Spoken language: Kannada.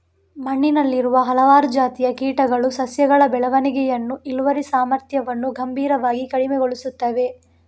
ಮಣ್ಣಿನಲ್ಲಿರುವ ಹಲವಾರು ಜಾತಿಯ ಕೀಟಗಳು ಸಸ್ಯಗಳ ಬೆಳವಣಿಗೆಯನ್ನು, ಇಳುವರಿ ಸಾಮರ್ಥ್ಯವನ್ನು ಗಂಭೀರವಾಗಿ ಕಡಿಮೆಗೊಳಿಸುತ್ತವೆ